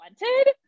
wanted